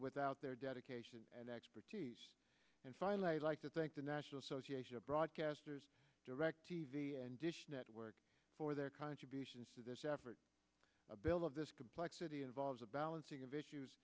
without their dedication and expertise and finally like to thank the national association of broadcasters direct t v and dish network for their contributions to this effort a bill of this complexity involves a balancing of issues